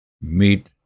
Meet